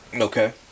Okay